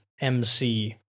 mc